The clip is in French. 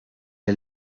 est